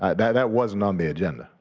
ah that that wasn't on the agenda.